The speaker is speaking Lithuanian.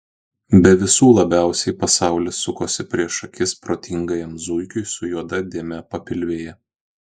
bet visų labiausiai pasaulis sukosi prieš akis protingajam zuikiui su juoda dėme papilvėje